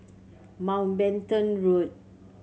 Mountbatten Road